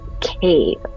cave